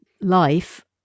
life